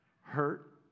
hurt